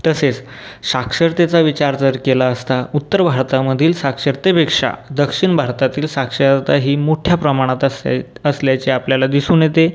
तसेच साक्षरतेचा विचार जर केला असता उत्तर भारतामधील साक्षरतेपेक्षा दक्षिण भारतातील साक्षरता ही मोठ्या प्रमाणात अस असल्याचे आपल्याला दिसून येते